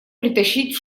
притащить